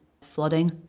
flooding